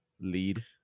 lead